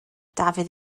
dafydd